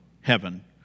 heaven